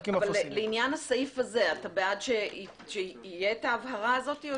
לעניין הסעיף הזה, אתה בעד שתהיה ההבהרה הזו או